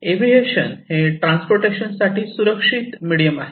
aviation हे transportation साठी सुरक्षित मिडीयम आहे